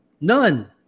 None